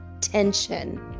tension